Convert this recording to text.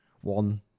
one